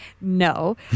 no